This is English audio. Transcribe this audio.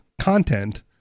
content